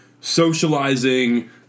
socializing